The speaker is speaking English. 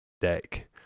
deck